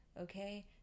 okay